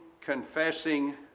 confessing